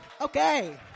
Okay